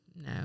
No